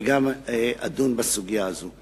וגם אדון בסוגיה הזאת.